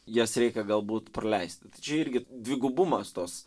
jas reikia galbūt praleisti tai čia irgi dvigubumas tos